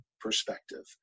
perspective